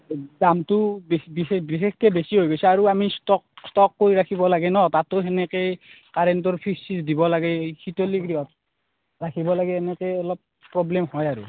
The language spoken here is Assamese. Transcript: দামটো বি বি বিশেষ বেছি হৈ গৈছে আৰু আমি ষ্টক ষ্টক কৰি ৰাখিব লাগে ন তাতো সেনেকৈই কাৰেণ্টৰ ফিজ চিজ দিব লাগে শীতলী গৃহত ৰাখিব লাগে এনেকৈ অলপ প্ৰব্লেম হয় আৰু